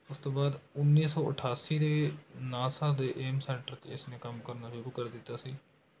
ਉਸ ਤੋਂ ਬਾਅਦ ਉੱਨੀ ਸੋ ਅਠਾਸੀ ਦੇ ਨਾਸਾ ਦੇ ਏਮਸ ਸੈਂਟਰ 'ਚ ਇਸ ਨੇ ਕੰਮ ਕਰਨਾ ਸ਼ੁਰੂ ਕਰ ਦਿੱਤਾ ਸੀ